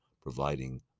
providing